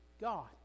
God